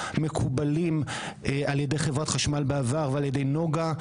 מקובלים על ידי חברת חשמל בעבר ועל ידי נגה.